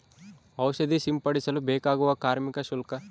ಔಷಧಿ ಸಿಂಪಡಿಸಲು ಬೇಕಾಗುವ ಕಾರ್ಮಿಕ ಶುಲ್ಕ?